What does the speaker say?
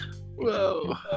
Whoa